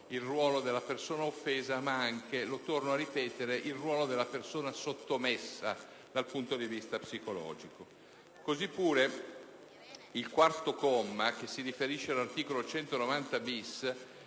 il ruolo della persona offesa, ma anche, torno a ripetere, quello della persona sottomessa dal punto di vista psicologico. Così pure il comma 4, che si riferisce all'articolo 190-*bis*